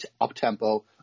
up-tempo